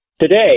Today